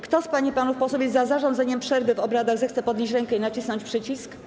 Kto z pań i panów posłów jest za zarządzeniem przerwy w obradach, zechce podnieść rękę i nacisnąć przycisk.